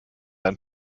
ein